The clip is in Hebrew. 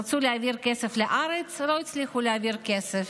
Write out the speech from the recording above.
רצו להעביר כסף לארץ ולא הצליחו להעביר כסף,